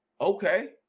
okay